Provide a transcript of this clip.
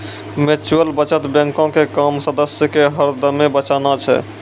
mutual बचत बैंको के काम सदस्य के हरदमे बचाना छै